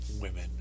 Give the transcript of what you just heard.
Women